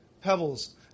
pebbles